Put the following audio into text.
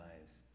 lives